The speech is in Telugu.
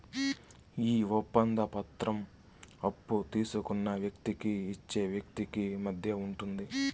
ఈ ఒప్పంద పత్రం అప్పు తీసుకున్న వ్యక్తికి ఇచ్చే వ్యక్తికి మధ్య ఉంటుంది